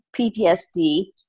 PTSD